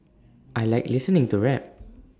I Like listening to rap